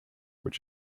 which